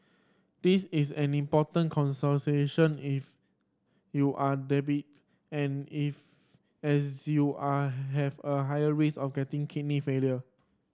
this is an important if you are and if as you are have a higher risk of getting kidney failure